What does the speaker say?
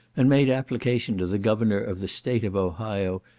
and made application to the governor of the state of ohio,